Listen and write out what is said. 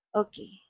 okay